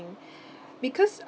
because